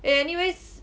eh anyways